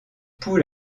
poule